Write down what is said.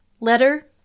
letter